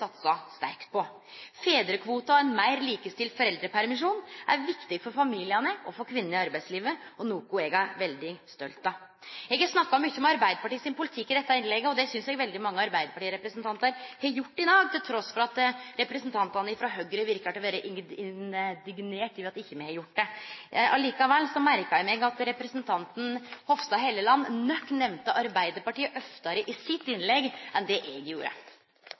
satsa sterkt på. Fedrekvoten og ein meir likestilt foreldrepermisjon er viktig for familiane og for kvinner i arbeidslivet, og er noko eg er veldig stolt av. Eg har snakka mykje om Arbeidarpartiet sin politikk i dette innlegget. Det synest eg veldig mange arbeidarpartirepresentantar har gjort i dag, trass i at representantane frå Høgre synest å vere indignerte over at me ikkje har gjort det. Likevel merka eg meg at representanten Hofstad Helleland nok nemnde Arbeidarpartiet oftare i sitt innlegg enn det eg gjorde.